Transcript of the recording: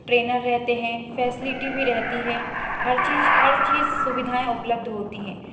trainer रहते हैं facility भी रहती है हर चीज़ हर चीज़ सुविधाएँ उपलब्ध होती हैं